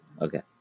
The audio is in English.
Okay